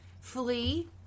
flee